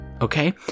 Okay